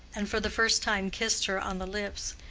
and for the first time kissed her on the lips,